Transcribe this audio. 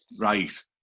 Right